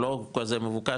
הוא לא כזה מבוקש,